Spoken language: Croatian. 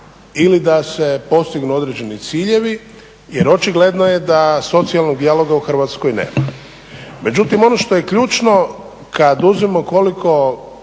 ili da se postignu određeni ciljevi jer očigledno je da socijalnog dijaloga u Hrvatskoj nema. Međutim ono što je ključno kada uzmemo koliko